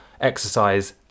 exercise